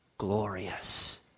Glorious